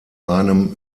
einem